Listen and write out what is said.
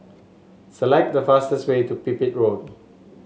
select the fastest way to Pipit Road